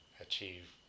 achieve